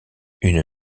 une